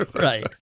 Right